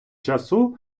часу